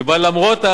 שבה למרות,